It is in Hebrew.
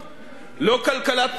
לא כלכלת בחירות,